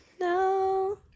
no